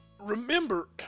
remember